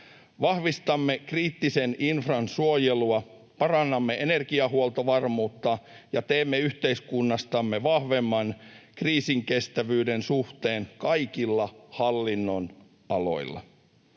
Vahvistamme kriittisen infran suojelua, parannamme energiahuoltovarmuutta ja teemme yhteiskunnastamme vahvemman kriisinkestävyyden suhteen kaikilla hallinnonaloilla.